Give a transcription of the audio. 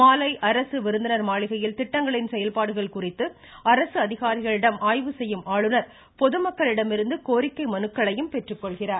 மாலை அரசு விருந்தினர் மாளிகையில் திட்டங்களின் செயல்பாடுகள் குறித்து அரசு அதிகாரிகளிடம் ஆய்வு செய்யும் ஆளுநர் பொதுமக்களிடமிருந்து கோரிக்கை மனுக்களையும் பெற்றுக்கொள்கிறார்